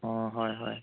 অঁ হয় হয়